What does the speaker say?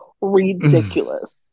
ridiculous